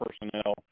personnel